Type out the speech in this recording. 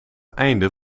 einde